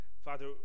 Father